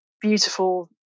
beautiful